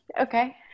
Okay